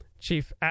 chief